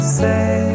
say